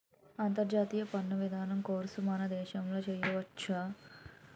అంతర్జాతీయ పన్ను విధానం కోర్సు మన దేశంలో చెయ్యొచ్చా